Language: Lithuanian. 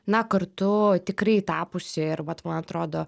na kartu tikrai tapusi ir vat atrodo